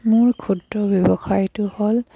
মোৰ ক্ষুদ্ৰ ব্যৱসায়টো হ'ল